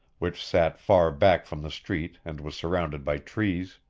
which sat far back from the street and was surrounded by trees.